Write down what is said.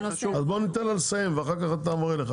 בואו ניתן לה לסיים ואחר-כך אתן לך.